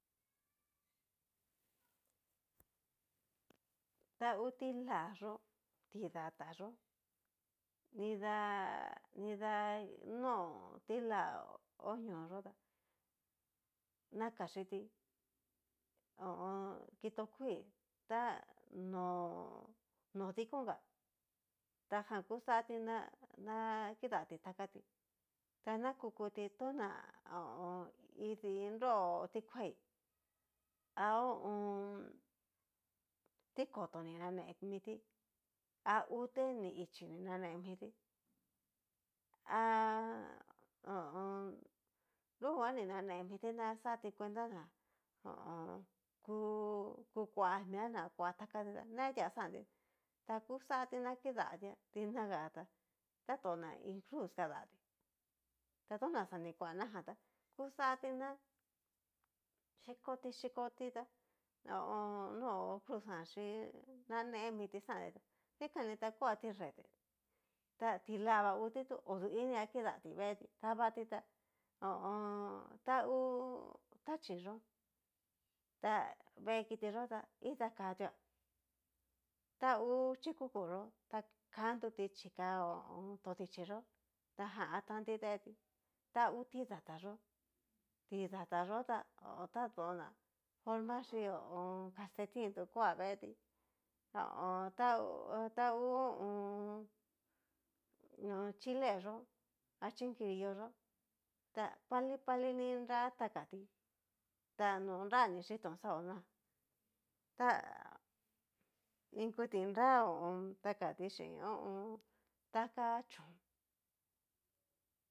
Ta hú ti'la yó, tidata yó nidá, nidá no ti'la ho ñoyó tá nakaxhiti ho o on. kitó kuii ta nó kikonga ta jan kuxatí na kidati takati na kukuti toná idi nró tikuaí, ha ho o on. ti koto ni nane miti ha uté ni ichi ni nane miti ha ho o on. nrunguan ni nane miti na xati cuenta ná, ho o on. kú kua'a mia na kua takati ta netia xanti ta kuxati na kidatia dinaga tá taton na iin cruz kadatí ta tona xa ni kua najan tá kuxati na xhikoti xhikoti ta ho o on. nó'o ho cruz xhin na nemiti xanti tá dikan ta kua tirete, ta ti'la va ngutí tu odu ini a kidati veeti dabati ta ho o on. ta ngu taxhii yó ta vee kiti yó tá itakatua ta hu chikuku yó ta kan tu ti chika to dichí yó, tajan atanti deeti, ta hú tidata yó'o tidata yó taton'na forma xí ho o on. calcetin tu kua veeti ho o on ta ngu ta ngu ho o on. chilé yó ha chinkirillo yó ta pali pali ni nra takati ta no nraní chitón xaonoa ta inkuti nra ho o on. takati chín ho o on. taka chón.